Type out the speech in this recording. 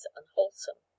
unwholesome